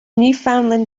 newfoundland